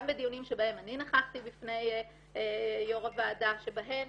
גם בדיונים שבהם אני נכחתי בפני יו"ר הוועדה, שבהם